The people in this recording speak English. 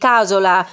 Casola